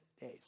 days